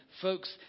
folks